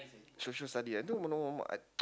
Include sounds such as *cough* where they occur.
Social-Studies I don't even know what I *noise*